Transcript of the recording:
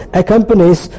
accompanies